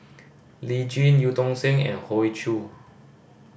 Lee Jin Eu Tong Sen and Hoey Choo